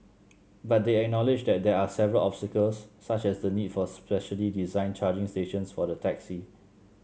but they acknowledged that there are several obstacles such as the need for specially designed charging stations for the taxi